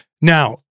Now